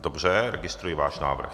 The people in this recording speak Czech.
Dobře, registruji váš návrh.